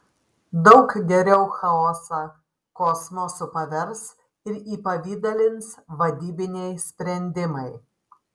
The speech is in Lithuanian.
daug geriau chaosą kosmosu pavers ir įpavidalins vadybiniai sprendimai